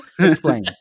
Explain